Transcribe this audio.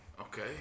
okay